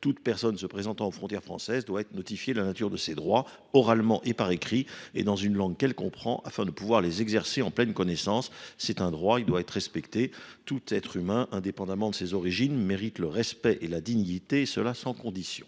Toute personne se présentant aux frontières françaises doit être notifiée de la nature de ces droits, oralement et par écrit, dans une langue qu’elle comprend, afin de pouvoir les exercer en pleine connaissance. C’est un droit, il doit être respecté. Tout être humain, indépendamment de ses origines, mérite le respect et la dignité, et cela sans conditions.